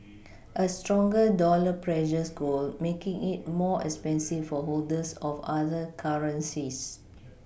a stronger dollar pressures gold making it more expensive for holders of other currencies